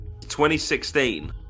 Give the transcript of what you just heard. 2016